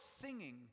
singing